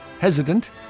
hesitant